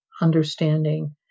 understanding